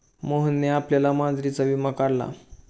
मोहनने आपल्या मांजरीचा विमा काढला